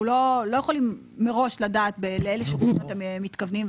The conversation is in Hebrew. לא יכולים מראש לדעת לאילו שירותים אתם מתכוונים.